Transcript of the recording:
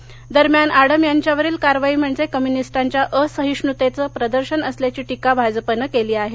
भाजप आडम दरम्यान आडम यांच्यावरील कारवाई म्हणजे कम्युनिस्टांच्या असहिष्णुतेचं प्रदर्शन असल्याची टीका भाजपनं केली आहे